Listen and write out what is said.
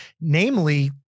namely